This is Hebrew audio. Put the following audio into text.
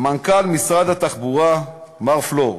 מנכ"ל משרד התחבורה מר פלור.